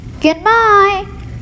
Goodbye